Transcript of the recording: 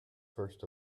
first